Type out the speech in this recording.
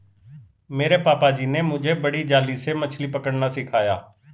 मेरे पापा जी ने मुझे बड़ी जाली से मछली पकड़ना सिखाया